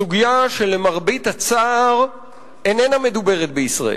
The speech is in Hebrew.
סוגיה שלמרבה הצער איננה מדוברת בישראל.